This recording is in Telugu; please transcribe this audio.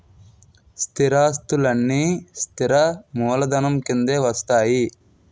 స్థిరాస్తులన్నీ స్థిర మూలధనం కిందే వస్తాయి